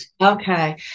Okay